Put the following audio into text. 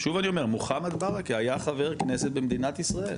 שוב אני אומר מוחמד בארכה היה חבר כנסת במדינת ישראל,